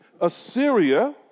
Assyria